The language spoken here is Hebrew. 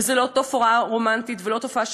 זאת לא תופעה רומנטית ולא תופעה